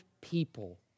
people